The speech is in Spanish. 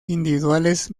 individuales